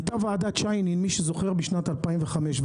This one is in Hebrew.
ועדת שיינין משנת 2005,